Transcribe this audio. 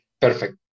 perfect